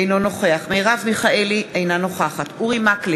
אינו נוכח מרב מיכאלי, אינה נוכחת אורי מקלב,